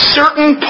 certain